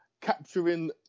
capturing